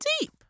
deep